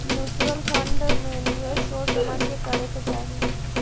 mutual fund में निवेश सोच समझ के करे के चाहि